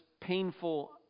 painful